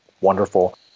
wonderful